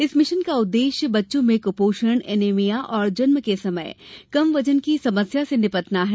इस मिशन का उद्देश्य बच्चों में कृपोषण एनीमिया और जन्म के समय कम वजन की समस्या से निपटना है